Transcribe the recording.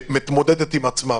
שמתמודדת עם עצמה,